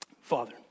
Father